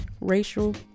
racial